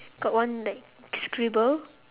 got one like scribble